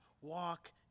walk